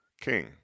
king